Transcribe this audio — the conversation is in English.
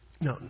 no